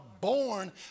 born